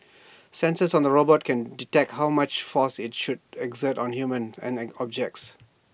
sensors on the robot can detect how much force IT should exert on humans and an objects